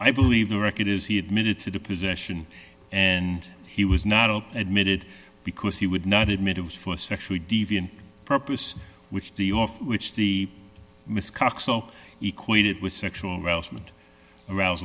i believe the record is he admitted to the possession and he was not all admitted because he would not admit of some a sexually deviant purpose which de off which the misconduct so equated with sexual harassment arous